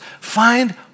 Find